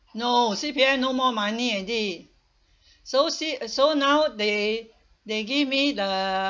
no C_P_F no more money already so c~ so now they they give me the